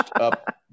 up